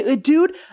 Dude